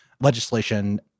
legislation